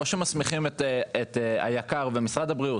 או שמסמיכים את היק"ר ואת משרד הבריאות